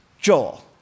Joel